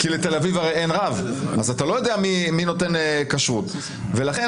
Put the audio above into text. אז אענה לכם,